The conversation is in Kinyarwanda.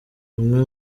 rumwe